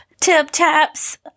tip-taps